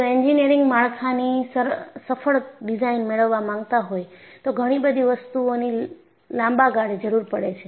જો એન્જિનિયરિંગ માળખાની સફળ ડિઝાઇન મેળવવા માંગતા હોય તો ઘણી બધી વસ્તુઓની લાંબાગાળે જરૂર પડે છે